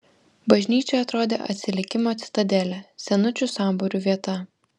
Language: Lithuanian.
bažnyčia atrodė atsilikimo citadelė senučių sambūrių vieta